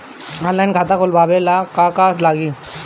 Online खाता खोलबाबे ला का का लागि?